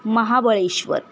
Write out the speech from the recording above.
Mahabaleshwar